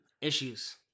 issues